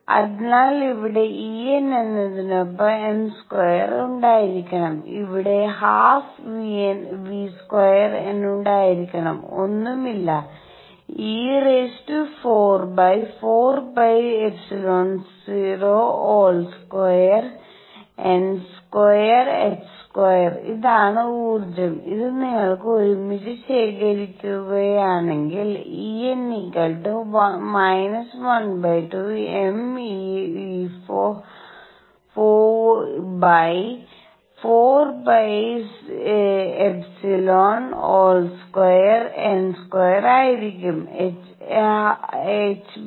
അതിനാൽ ഇവിടെ Eₙ എന്നതിനൊപ്പം m² ഉണ്ടായിരിക്കണം അവിടെ ½v²ₙ ഉണ്ടായിരിക്കണം ഒന്നുമില്ലe⁴4πε₀²n²h² അതാണ് ഊർജം ഇത് നിങ്ങൾ ഒരുമിച്ച് ശേഖരിക്കുകയാണെങ്കിൽ En −12me44 π ϵ ² n² ആയിരിക്കും ℏ²